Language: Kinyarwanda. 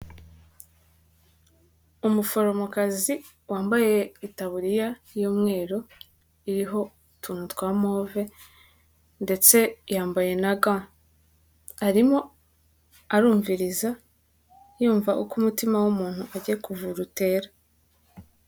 Umuforomokazi wambaye itaburiya y'umweru iriho utuntu twa move, ndetse yambaye na ga, arimo arumviriza yumva uko umutima w'umuntu agiye kuvura utera.